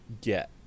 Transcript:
get